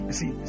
see